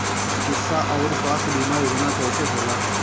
चिकित्सा आऊर स्वास्थ्य बीमा योजना कैसे होला?